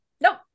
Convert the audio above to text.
Nope